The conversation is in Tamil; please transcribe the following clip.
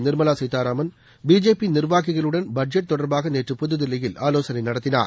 நிர்மலா சீதாராமன் பிஜேபி நிர்வாகிகளுடன் பட்ஜெட் தொடர்பாக நேற்று புதுதில்லியில் ஆலோசனை நடத்தினார்